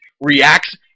reacts